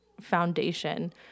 foundation